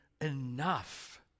enough